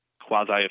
quasi